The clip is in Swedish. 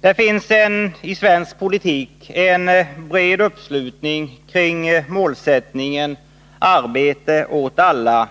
Det finns i svensk politik en bred uppslutning kring målsättningen arbete åt alla,